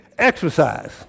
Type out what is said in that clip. Exercise